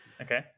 Okay